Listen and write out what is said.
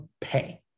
pay